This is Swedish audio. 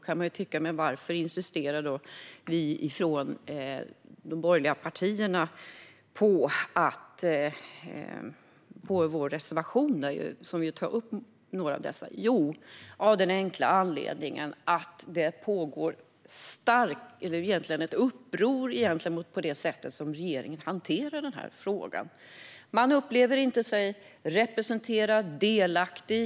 Man kan undra varför vi från de borgerliga partierna insisterar på vår reservation, som tar upp några av dessa saker. Vi gör detta av den enkla anledningen att det pågår ett uppror mot sättet som regeringen hanterar denna fråga på. Man upplever inte att man är representerad eller delaktig.